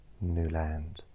Newland